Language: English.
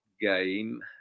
game